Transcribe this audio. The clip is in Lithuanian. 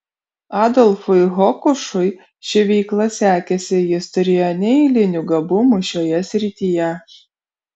adolfui hokušui ši veikla sekėsi jis turėjo neeilinių gabumų šioje srityje